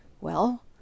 Well